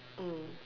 mm